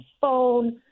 phone